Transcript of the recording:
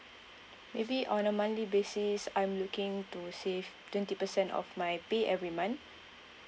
maybe on a monthly basis I'm looking to save twenty percent of my pay every month